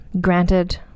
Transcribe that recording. granted